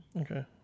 Okay